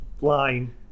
line